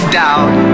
doubt